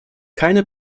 keine